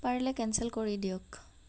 পাৰিলে কেনচেল কৰি দিয়ক